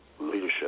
leadership